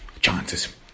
chances